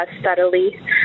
steadily